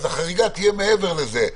החריגה תהיה מעבר לזה.